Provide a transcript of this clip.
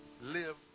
live